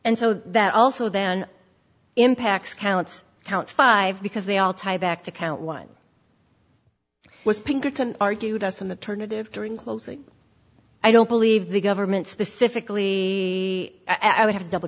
and so that also then impacts count count five because they all tie back to count one was pinkerton argued us in the turnitin during closing i don't believe the government specifically i would have to double